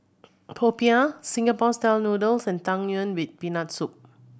popiah Singapore Style Noodles and Tang Yuen with Peanut Soup